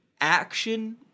action